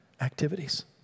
Activities